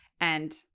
and-